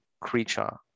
creature